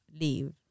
leave